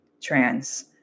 trans